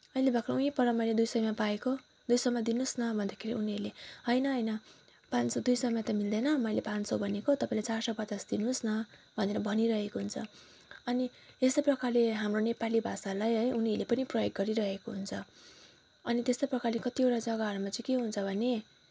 अहिले भर्खरै उ त्यहीँ पर मैले दुई सौमा पाएको दुई सौमा दिनुहोस् न भन्दाखेरि उनीहरूले होइन होइन पाँच सौ दुई सौमा त मिल्दैन मैले पाँच सौ भनेको तपाईँले चार सौ पचास दिनुहोस् न भनेर भनीरहेको हुन्छ अनि यस्तै प्रकारले हाम्रो नेपाली भाषालाई है उनीहरूले पनि प्रयोग गरिरहेको हुन्छ अनि त्यस्तै प्रकारले कतिवटा जग्गाहरूमा चाहिँ के हुन्छ भने